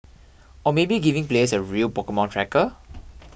or maybe giving players a real Pokemon tracker